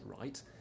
right